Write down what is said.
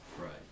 Right